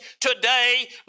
today